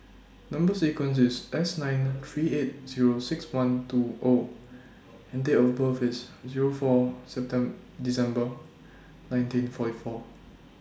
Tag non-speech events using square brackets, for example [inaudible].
Number sequence IS S nine three eight Zero six one two O and Date of birth IS Zero four [unintelligible] December nineteen forty four